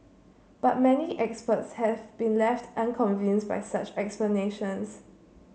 but many experts have been left unconvinced by such explanations